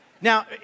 Now